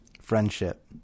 friendship